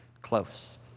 close